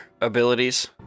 abilities